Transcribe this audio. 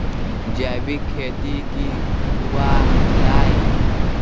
जैविक खेती की हुआ लाई?